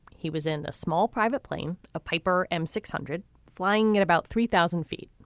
he was in a small private plane a piper m six hundred flying at about three thousand feet.